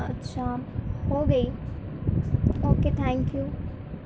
اچھا ہو گئی اوکے تھینک یو